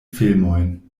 filmojn